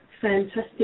fantastic